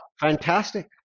fantastic